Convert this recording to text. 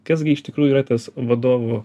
kas gi iš tikrųjų yra tas vadovų